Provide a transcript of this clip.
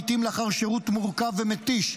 לעיתים לאחר שירות מורכב ומתיש,